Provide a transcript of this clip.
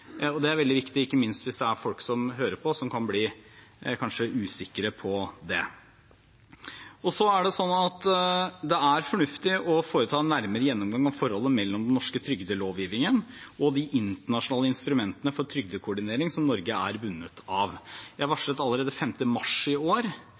Det er veldig viktig, ikke minst hvis det er folk som hører på, som kanskje kan bli usikre på det. Så er det fornuftig å foreta en nærmere gjennomgang av forholdet mellom den norske trygdelovgivningen og de internasjonale instrumentene for trygdekoordinering som Norge er bundet av. Jeg